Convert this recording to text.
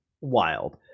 wild